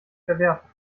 verwerten